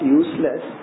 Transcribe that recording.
useless